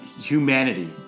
humanity